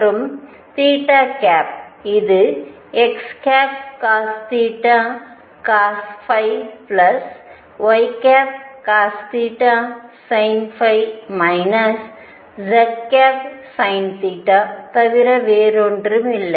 மற்றும் இது xcosθcosϕycosθsinϕ zsin θ தவிர வேறில்லை